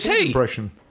impression